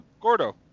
Gordo